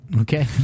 Okay